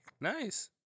Nice